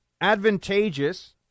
advantageous